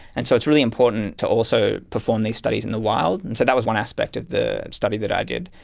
and so it's really important to also perform these studies in the wild, and so that was one aspect of the study that i did.